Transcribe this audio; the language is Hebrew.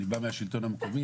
אני בא מהשלטון המקומי,